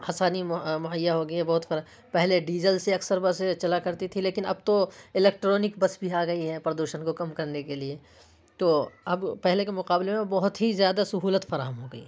حسانی مہیا ہو گئی ہے بہت پہلے ڈیژل سے اکثر بسے چلا کرتی تھی لیکن اب تو الیکٹرانک بس بھی آ گئی ہے پردوشن کو کم کرنے کے لیے تو اب پہلے کے مقابلے میں بہت ہی زیادہ سہولت فراہم ہو گئی ہے